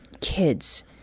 kids